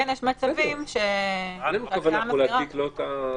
כן יש מצבים --- אז אתם,